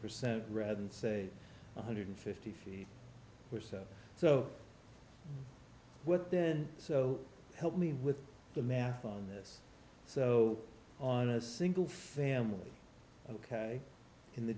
percent rather than say one hundred fifty feet or so so what then so help me with the math on this so on a single family ok in the